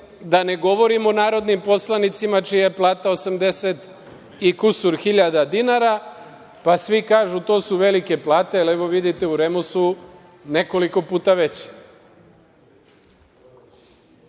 da ne govorimo o narodnim poslanicima čija je plata 80 i kusur hiljada dinara, pa svi kažu to su velike plate, ali, evo vidite u REM su nekoliko puta veće. Još